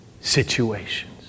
situations